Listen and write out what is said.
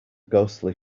ghostly